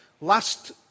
Last